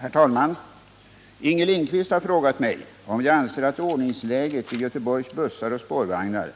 Herr talman! Inger Lindquist har frågat mig om jag anser att ordningsläget vid Göteborgs bussar och spårvagnar